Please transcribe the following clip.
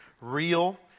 real